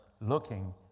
Looking